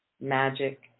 magic